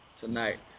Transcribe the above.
tonight